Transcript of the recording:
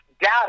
data